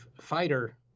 fighter